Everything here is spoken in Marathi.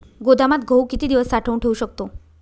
गोदामात गहू किती दिवस साठवून ठेवू शकतो?